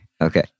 okay